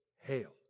Hail